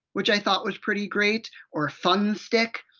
which i thought was pretty great, or! fun stick!